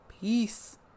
Peace